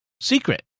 secret